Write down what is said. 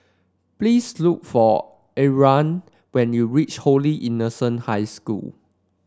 please look for Arlan when you reach Holy Innocent High School